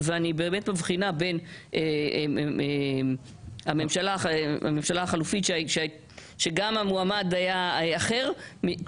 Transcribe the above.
אני באמת מבחינה בין הממשלה החלופית שגם המועמד היה אחר.